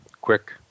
quick